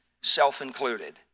self-included